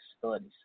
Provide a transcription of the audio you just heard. disabilities